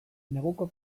neguko